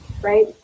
right